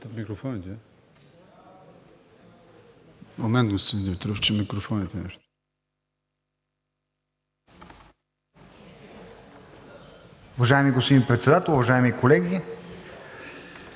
Уважаеми господин Председател, уважаеми колеги,